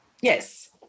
Yes